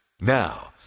Now